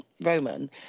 Roman